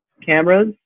cameras